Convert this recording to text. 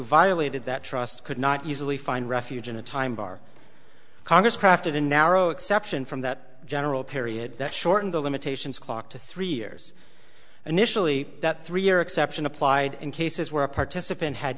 violated that trust could not easily find refuge in a time bar congress crafted a narrow exception from that general period that shortened the limitations clock to three years initially that three year exception applied in cases where a participant had